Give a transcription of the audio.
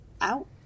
out